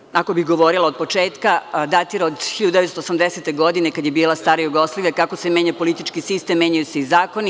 Važeći zakon, ako bih govorila od početka datira od 1980. godine kada je bila stara Jugoslavija, a kako se menja politički sistem, menjaju se i zakoni.